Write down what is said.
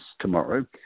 tomorrow